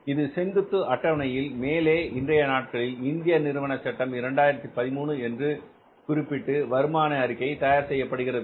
இந்த செங்குத்து அட்டவணையில் மேலே இன்றைய நாட்களில் இந்திய நிறுவன சட்டம் 2013 என்று குறிப்பிட்டு வருமான அறிக்கை தயார் செய்யப்படுகிறது